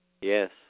yes